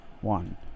One